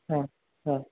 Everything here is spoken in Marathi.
हां हां